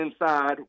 inside